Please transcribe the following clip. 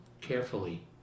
carefully